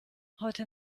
heute